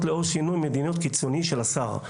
לאור שינוי מדיניות קיצוני של השר,